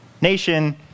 nation